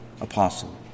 apostle